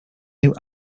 new